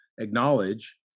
acknowledge